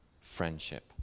friendship